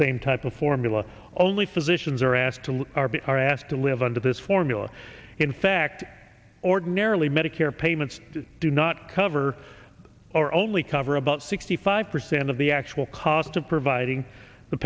same type of formula only physicians are asked to are asked to live under this formula in fact ordinarily medicare payments do not cover or only cover about sixty five percent of the actual cost of providing the